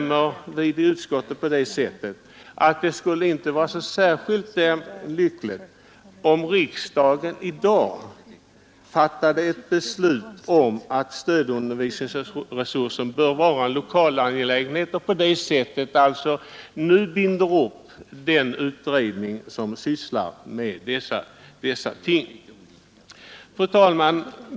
Men utskottsmajoriteten anser att det inte skulle vara särskilt lyckligt om riksdagen i dag beslutar att stödundervisningen bör vara en lokal angelägenhet och på det sättet binder upp den utredning som sysslar med dessa ting. Fru talman!